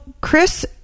Chris